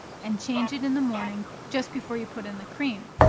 and change it in the morning just before you put in the cream.